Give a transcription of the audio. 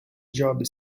job